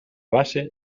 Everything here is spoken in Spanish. base